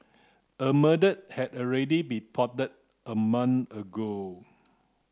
a murder had already been plotted a month ago